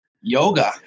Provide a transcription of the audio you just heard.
Yoga